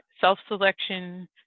self-selection